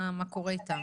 מה קורה איתן.